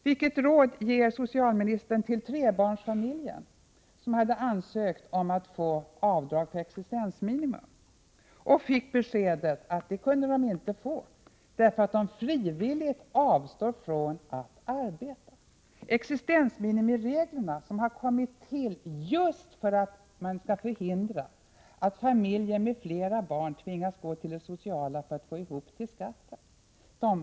Vilket råd ger socialministern till trebarnsfamiljen som hade ansökt om att få avdrag för existensminimum och fick beskedet att man inte kunde få detta därför att man frivilligt avstår från att arbeta? Reglerna för existensminimum har ju kommit till just för att man skall förhindra att familjer med flera barn tvingas gå till det sociala för att få ihop till skatten.